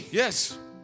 yes